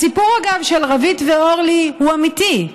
אגב, הסיפור של רווית ואורלי הוא אמיתי.